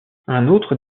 autre